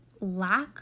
lack